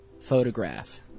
photograph